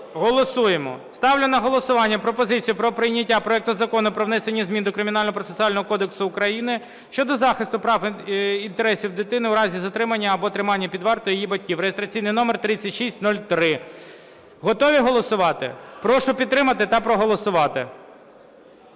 Голосуємо. Ставлю на голосування пропозицію про прийняття проекту Закону про внесення змін до Кримінального процесуального кодексу України щодо захисту прав та інтересів дитини у разі затримання або тримання під вартою її батьків (реєстраційний номер 3603). Готові голосувати? Прошу підтримати та проголосувати.